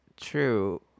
true